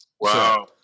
Wow